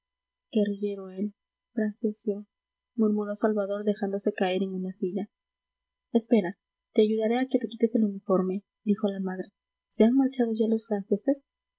francés yo murmuró salvador dejándose caer en una silla espera te ayudaré a que te quites el uniforme dijo la madre se han marchado ya los